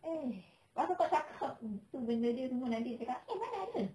!hais! bagus kau cakap tu benda dia semua nanti dia cakap eh mana ada